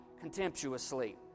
contemptuously